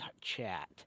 chat